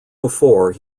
before